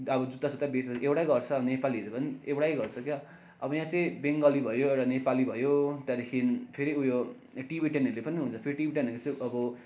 अब जुत्ता सुत्ता बेच्ने एउटै गर्छ नेपालीहरू पनि एउटै गर्छ क्या अब यहाँ चाहिँ बङ्गाली भयो एउटा नेपाली भयो त्यहाँदेखि फेरि उयो टिबिटेनहरूले पनि हुन्छ फेरि टिबिटेनहरू चाहिँ अब